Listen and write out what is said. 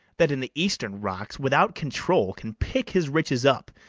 that in the eastern rocks without control can pick his riches up,